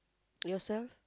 yourself